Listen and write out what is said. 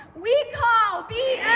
we call bs!